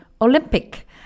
Olympic